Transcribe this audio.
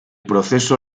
proceso